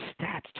stats